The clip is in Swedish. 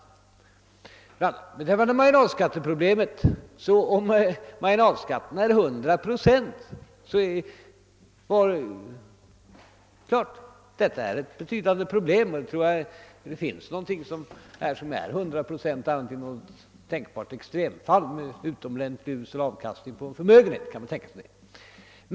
Vad marginalskatteproblemet beträffar så är väl inte en marginalskatt på 100 procent tänkbar annat än i extrema fall med en utecmordentligt usel avkastning på en förmögenhet.